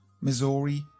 Missouri